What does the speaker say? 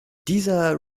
dieser